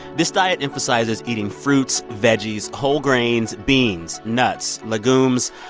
this diet emphasizes eating fruits, veggies, whole grains, beans, nuts, legumes,